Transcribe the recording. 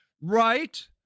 Right